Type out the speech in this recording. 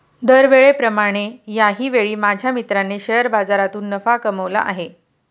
दरवेळेप्रमाणे याही वेळी माझ्या मित्राने शेअर बाजारातून नफा कमावला आहे